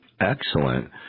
Excellent